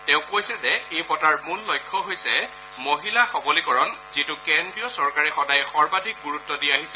তেওঁ কৈছে যে এই বঁটাৰ মূল লক্ষ্য হৈছে মহিলা সবলীকৰণ যিটো কেন্দ্ৰীয় চৰকাৰে সদায়ে সৰ্বাধিক গুৰুত্ব দি আহিছে